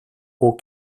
aux